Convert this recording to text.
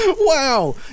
Wow